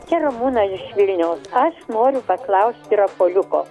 čia ramūna iš vilniaus aš noriu paklaust rapoliuko